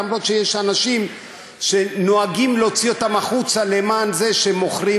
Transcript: אף שיש אנשים שנוהגים להוציא אותם החוצה למען זה שהם מוכרים